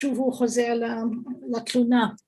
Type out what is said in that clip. שוב הוא חוזר לתלונה.